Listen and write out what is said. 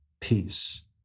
peace